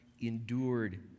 endured